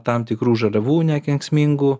tam tikrų žaliavų nekenksmingų